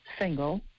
single